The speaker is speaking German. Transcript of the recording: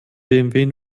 bmw